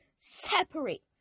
separate